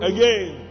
Again